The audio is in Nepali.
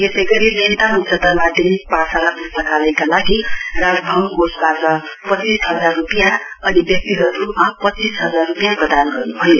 यसै गरी देन्ताम उच्चतर माध्यमिक पाठशाला पुस्तकालयका लागि राजभवन कोषबाट पञ्चीस हजार रूपियाँ व्यक्तिगत रूपमा पञ्चीस हजार रूपियाँ प्रदान गर्नुभयो